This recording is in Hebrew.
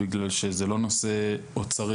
בגלל שזה לא נושא אוצרי,